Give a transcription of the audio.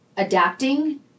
adapting